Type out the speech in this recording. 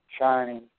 shining